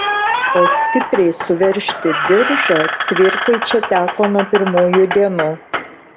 o stipriai suveržti diržą cvirkai čia teko nuo pirmųjų dienų